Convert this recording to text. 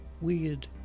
Weird